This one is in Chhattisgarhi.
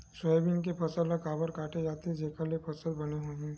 सोयाबीन के फसल ल काबर काटे जाथे जेखर ले फसल बने होही?